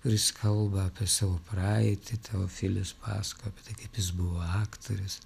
kur jis kalba apie savo praeitį teofilis pasakoja apie tai kaip jis buvo aktorius